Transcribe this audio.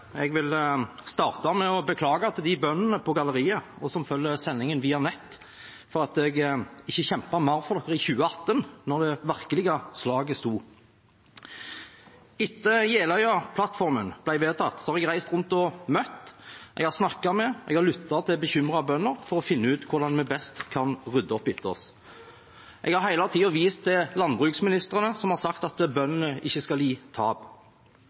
Jeg vil starte med å beklage til de bøndene på galleriet og de som følger sendingen via nett for at jeg ikke kjempet mer for dem i 2018, da det virkelige slaget sto. Etter at Jeløya-plattformen ble vedtatt, har jeg reist rundt og møtt, snakket med og lyttet til bekymrede bønder for å finne ut hvordan vi best kan rydde opp etter oss. Jeg har hele tiden vist til landbruksministrene, som har sagt at bøndene ikke skal lide tap.